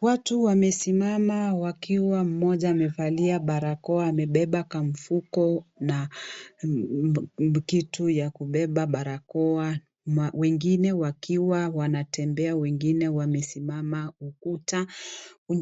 Watu wamesimama wakiwa moja amevalia barakoa amebeba kamfuko na kitu ya kubeba barakoa na wengine wakiwa wanatembea wengine wamesimama ukuta